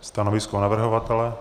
Stanovisko navrhovatele?